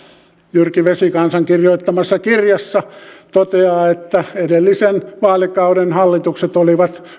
jyrki vesikansan kirjoittamassa laman taittaja kirjassa toteaa että edellisen vaalikauden hallitukset olivat